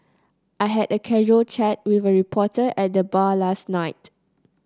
I had a casual chat with a reporter at the bar last night